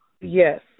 Yes